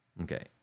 Okay